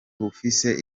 bufise